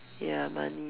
ya money